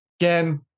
Again